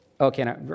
okay